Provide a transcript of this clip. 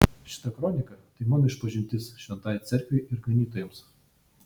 šita kronika tai mano išpažintis šventajai cerkvei ir ganytojams